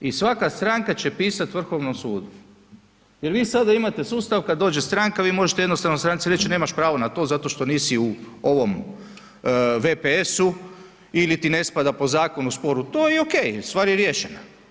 I svaka stranka će pisati Vrhovnom sudu, jer vi sada imate sustav kad dođe stranka vi možete jednostavno stranci reći nemaš pravo na to zato što nisi u ovom VPS-u ili ti ne spada po zakonu spor u to i OK, stvar je riješena.